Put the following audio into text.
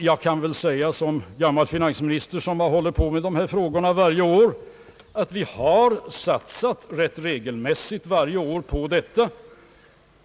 Jag kan väl tillägga som gammal finansminister, att vi har satsat rätt regelbundet varje år på detta.